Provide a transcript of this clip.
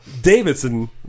Davidson